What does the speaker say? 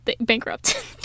bankrupt